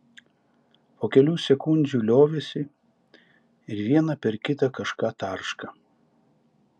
po kelių sekundžių liovėsi ir viena per kitą kažką tarška